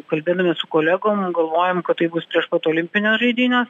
kalbėdami su kolegom galvojom kad tai bus prieš pat olimpines žaidynes